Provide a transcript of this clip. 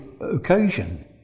occasion